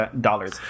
dollars